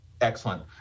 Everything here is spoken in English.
excellent